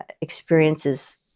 experiences